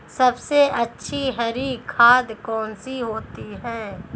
सबसे अच्छी हरी खाद कौन सी होती है?